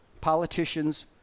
Politicians